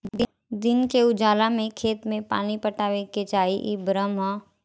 दिन के उजाला में खेत में पानी पटावे के चाही इ भ्रम ह